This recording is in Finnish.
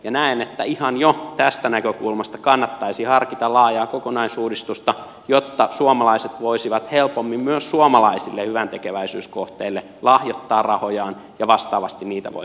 näen että ihan jo tästä näkökulmasta kannattaisi harkita laajaa kokonaisuudistusta jotta suomalaiset voisivat helpommin myös suomalaisille hyväntekeväisyyskohteille lahjoittaa rahojaan ja vastaavasti niitä voitaisiin kerätä